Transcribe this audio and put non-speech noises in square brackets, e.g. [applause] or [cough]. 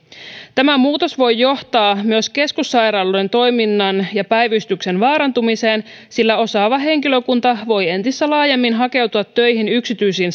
tämä muutos voi johtaa myös keskussairaaloiden toiminnan ja päivystyksen vaarantumiseen sillä osaava henkilökunta voi entistä laajemmin hakeutua töihin yksityisiin [unintelligible]